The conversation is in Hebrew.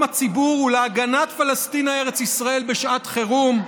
הציבור ולהגנת פלשתינה (א"י) בשעת חירום,